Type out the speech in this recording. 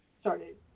started